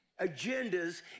agendas